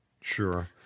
Sure